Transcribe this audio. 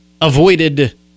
avoided